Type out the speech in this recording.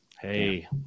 Hey